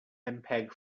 mpeg